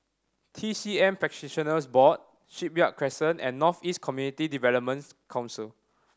T C M Practitioners Board Shipyard Crescent and North East Community Development Council